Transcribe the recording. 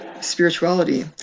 spirituality